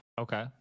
Okay